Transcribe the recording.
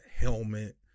helmet